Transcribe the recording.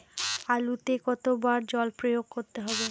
আলুতে কতো বার জল প্রয়োগ করতে হবে?